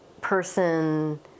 person